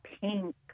pink